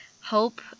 Hope